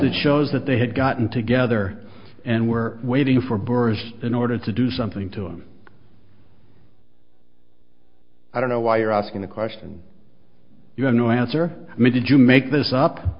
that shows that they had gotten together and were waiting for burris in order to do something to him i don't know why you're asking the question you have no answer me did you make this up